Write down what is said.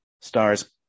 Stars